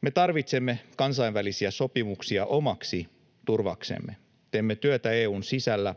me tarvitsemme kansainvälisiä sopimuksia omaksi turvaksemme. Teemme työtä EU:n sisällä